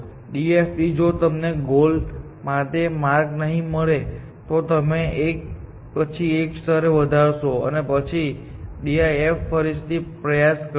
DFID જો તમને goal માટે માર્ગ નહીં મળે તો તમે એક પછી એક સ્તર વધારશો અને પછી DFS ફરીથી પ્રયાસ કરશે